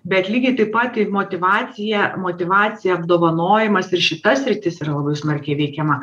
bet lygiai taip pat tai motyvacija motyvacija apdovanojimas ir šita sritis yra labai smarkiai veikiama